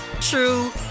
true